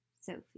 Sophie